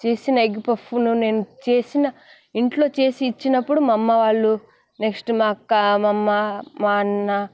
చేసిన ఎగ్ పఫ్ను నేను చేసిన ఇంట్లో చేసి ఇచ్చినప్పుడు మా అమ్మ వాళ్ళు నెక్స్ట్ మా అక్క మా అమ్మ మా అన్న